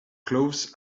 clothes